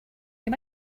you